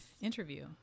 interview